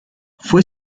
fue